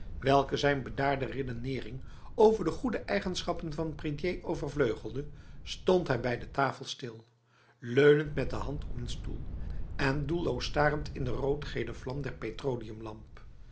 welke zijn bedaarde redenering over de goede eigenschappen van prédier overvleugelde stond hij bij de tafel stil leunend met de hand op een stoel en doelloos starend in de roodgele vlam